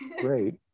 Great